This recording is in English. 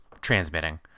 transmitting